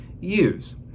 use